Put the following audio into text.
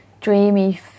dreamy